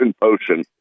potion